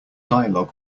dialog